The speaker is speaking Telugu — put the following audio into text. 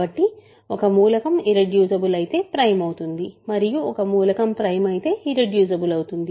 కాబట్టి ఒక మూలకం ఇర్రెడ్యూసిబుల్ అయితే ప్రైమ్ అవుతుంది మరియు ఒక మూలకం ప్రైమ్ అయితే ఇర్రెడ్యూసిబుల్ అవుతుంది